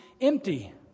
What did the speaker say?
empty